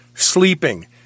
sleeping